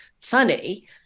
funny